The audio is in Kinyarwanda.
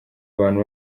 abantu